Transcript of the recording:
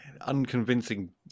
unconvincing